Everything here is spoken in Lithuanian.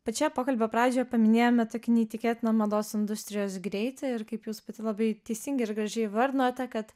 pačioje pokalbio pradžioj paminėjome tokį neįtikėtiną mados industrijos greitį ir kaip jūs pati labai teisingai ir gražiai įvardinote kad